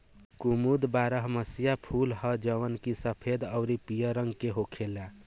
कुमुद बारहमसीया फूल ह जवन की सफेद अउरी पियर रंग के होखेला